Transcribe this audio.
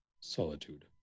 solitude